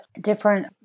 different